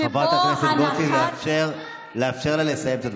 מדינת ישראל היא מדינה יהודית ודמוקרטית.